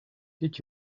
did